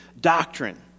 doctrine